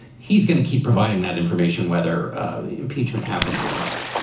he's going to keep providing that information, whether impeachment happens or not.